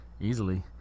Easily